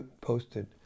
posted